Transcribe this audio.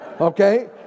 Okay